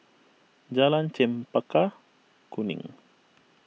Jalan Chempaka Kuning